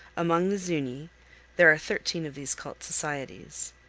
among the zuni there are thirteen of these cult societies.